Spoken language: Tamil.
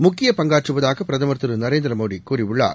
முக்கிய பங்காற்றுவதாகபிரதமர் திருநரேந்திரமோடிகூறியுள்ளார்